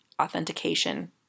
authentication